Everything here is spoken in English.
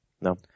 No